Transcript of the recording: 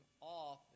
off